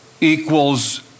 equals